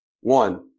one –